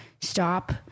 stop